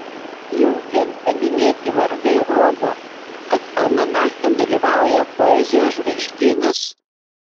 jau vien paminėti vardai rodo kad almanache dalyvauja poezijos žvaigždynas